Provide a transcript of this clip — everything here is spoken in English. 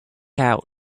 out